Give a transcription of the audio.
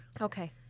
Okay